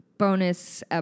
bonus